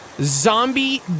zombie